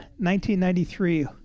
1993